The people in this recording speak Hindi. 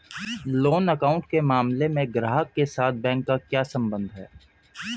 लोन अकाउंट के मामले में ग्राहक के साथ बैंक का क्या संबंध है?